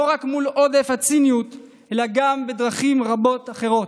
לא רק מול עודף הציניות אלא גם בדרכים רבות אחרות.